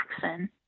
Jackson